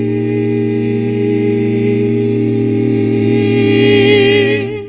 a